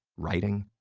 writing,